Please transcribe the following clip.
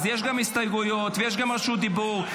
אז יש גם הסתייגויות ויש גם רשות דיבור.